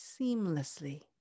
seamlessly